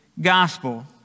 gospel